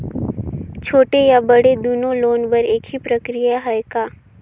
छोटे या बड़े दुनो लोन बर एक ही प्रक्रिया है का?